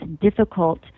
difficult